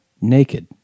naked